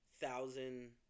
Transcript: thousand